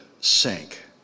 sank